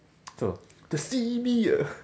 so the C_B ah